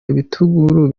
ibitunguru